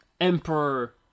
Emperor